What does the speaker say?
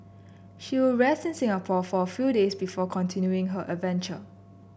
she will rest in Singapore for a few days before continuing her adventure